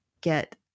get